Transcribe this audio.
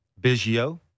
Biggio